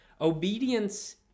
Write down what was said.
Obedience